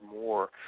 more